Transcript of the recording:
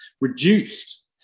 reduced